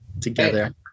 together